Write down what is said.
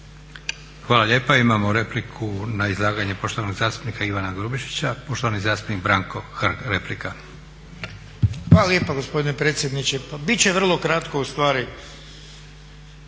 Hvala lijepa. Imamo repliku na izlaganje poštovanog zastupnika Ivana Grubišića, poštovani zastupnik Branko Hrg, replika. **Hrg, Branko (HSS)** Hvala lijepa gospodine predsjedniče. Pa bit će vrlo kratko.